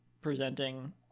presenting